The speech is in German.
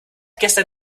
gestern